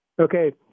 Okay